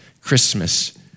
Christmas